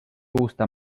gusta